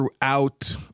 throughout